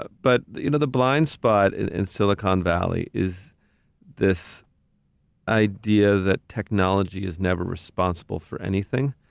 but but you know, the blind spot in silicon valley is this idea that technology is never responsible for anything,